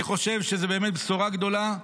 אני חושב שזו באמת בשורה גדולה.